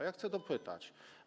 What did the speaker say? Ja chcę dopytać.